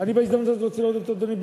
אני בהזדמנות הזאת רוצה להודות, אדוני.